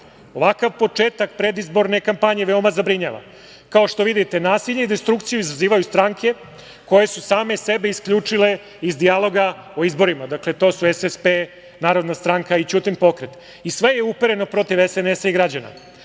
ovakav početak predizborne kampanje veoma zabrinjava. Kao što vidite, nasilje i destrukciju izazivaju stranke koje su same sebe isključile iz dijaloga o izborima. Dakle, to su SSP, Narodna stranka i Ćutin pokret i sve je upereno protiv SNS i građana.